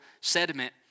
sediment